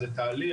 זה תהליך,